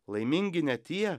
laimingi ne tie